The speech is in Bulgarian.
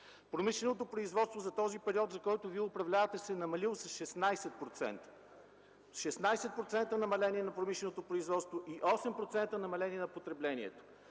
Промишленото производство за този период, за който Вие управлявате, е намаляло с 16%. Шестнадесет процента намаление на промишленото производство и 8% намаление на потреблението!